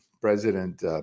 President